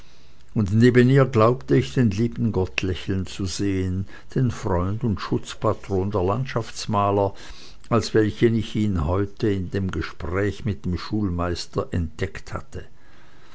und neben ihr glaubte ich den lieben gott lächeln zu sehen den freund und schutzpatron der landschaftsmaler als welchen ich ihn heute in dem gespräche mit dem schulmeister entdeckt hatte